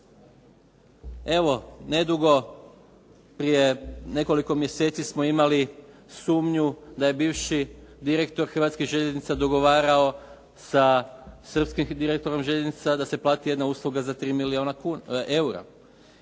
Evo, nedugo prije nekoliko mjeseci smo imali sumnju da je bivši direktor Hrvatskih željeznica dogovarao sa srpskim direktorom željeznica da se plati jedna usluga za 3 milijuna eura,